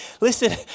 Listen